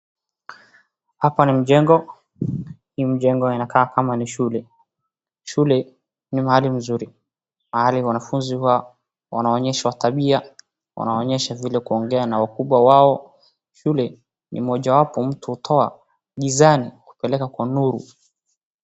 Hapa ni mjengo. Hii mjengo inakaa kama ni shule. Shule ni mahali mzuri. Mahali wanafunzi huwa wanaonyeshwa tabia, wanaonyeshwa vile kuongea na wakubwa wao. Shule ni mojawapo mtu hutoa gizani kupeleka kwa nuru.